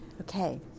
okay